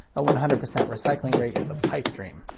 a one hundred percent recycling rate is a pipedream.